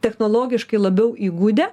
technologiškai labiau įgudę